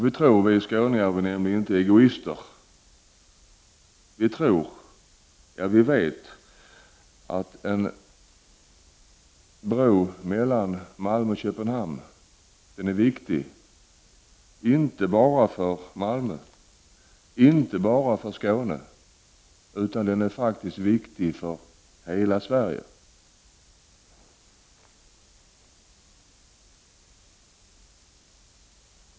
Vi tror, ja vi vet, vi skåningar är nämligen inga egoister, att en bro mellan Malmö och Köpenhamn är viktig inte bara för Malmö, inte bara för Skåne utan för hela Sverige.